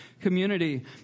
community